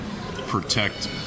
protect